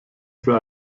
für